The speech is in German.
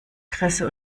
kresse